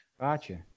Gotcha